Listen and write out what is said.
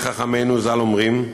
איך חכמינו ז"ל אומרים: